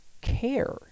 care